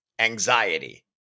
Anxiety